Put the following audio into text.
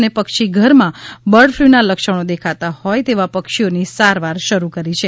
અને પક્ષીઘરમાં બર્ડફલૂના લક્ષણો દેખાતા હોય તેવા પક્ષીઓની સારવાર શરૂ કરી છે